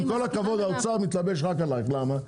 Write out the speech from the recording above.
עם כל הכבוד האוצר מתלבש רק עליך למה?